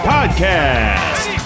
Podcast